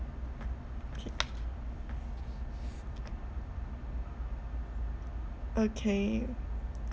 K okay